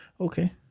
Okay